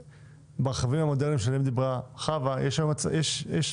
ברכבים המודרניים יש מסכים ושם יש למשל